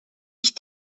ich